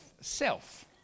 self